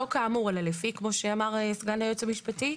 לא כאמור אלא לפי כמו שאמר סגן היועץ המשפטי.